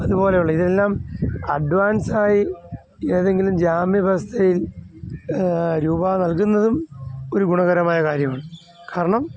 അതുപോലെ ഉള്ള ഇതെല്ലാം അഡ്വാൻസായി ഏതെങ്കിലും ജാമ്യ വ്യവസ്ഥയിൽ രൂപ നൽകുന്നതും ഒരു ഗുണകരമായ കാര്യമാണ് കാരണം